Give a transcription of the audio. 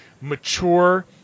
mature